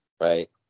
right